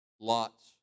Lot's